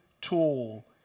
tool